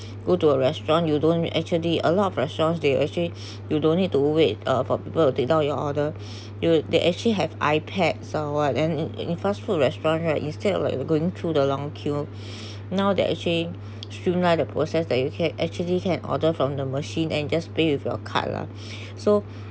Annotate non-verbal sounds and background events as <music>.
go to a restaurant you don't actually a lot of restaurants they actually <breath> you don't need to wait uh for people take down your order they actually have ipad somewhat and any fast food restaurant right instead of like going through the long queue <breath> now that actually streamline the process that you can actually can order from the machine and just pay with your card lah <breath> so